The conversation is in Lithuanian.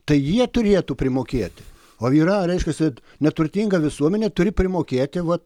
tai jie turėtų primokėti o yra reiškiasi neturtinga visuomenė turi primokėti vot